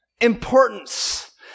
importance